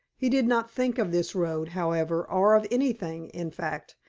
he did not think of this road, however, or of anything, in fact,